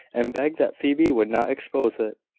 and begged that phoebe would not expose it.